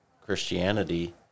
christianity